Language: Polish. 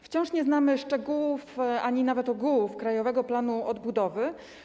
Wciąż nie znamy szczegółów ani nawet ogółów Krajowego Planu Odbudowy.